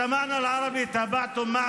(אומר דברים בשפה הערבית, להלן